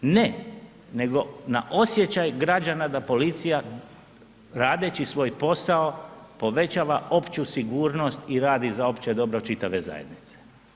Ne, nego na osjećaj građana da policija radeći svoj posao povećava opću sigurnost i radi za opće dobro čitave zajednice.